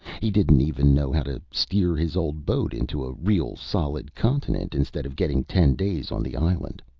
he didn't even know how to steer his old boat into a real solid continent, instead of getting ten days on the island.